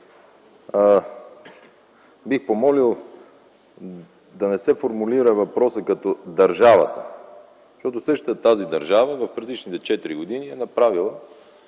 Бих помолил да не се формулира въпросът като „държавата”, защото същата тази държава в предишните четири години е направила